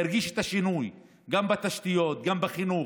ירגיש את השינוי גם בתשתיות, גם בחינוך.